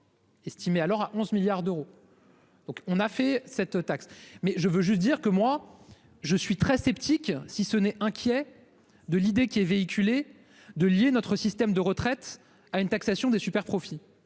Estimé alors à 11 milliards d'euros. Donc on a fait cette taxe mais je veux juste dire que moi je suis très sceptique, si ce n'est inquiet de l'idée qui est véhiculé de lier notre système de retraite à une taxation des superprofits.